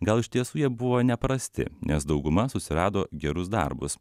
gal iš tiesų jie buvo neprasti nes dauguma susirado gerus darbus